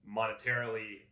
monetarily